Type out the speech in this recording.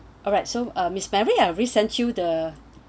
alright so miss mary we will resend you the